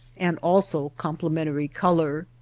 and also complementary color.